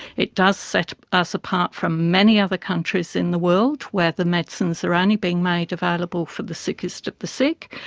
it does set us apart from many other countries in the world where the medicines are only being made available for the sickest of the sick.